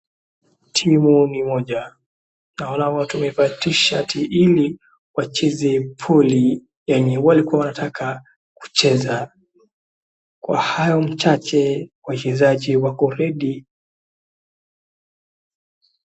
Timu ni moja, naona watu wamevaa tishati ili wacheze boli yenye walikuwa wanataka kucheza, kwa hayo machache wachezaji wako ready .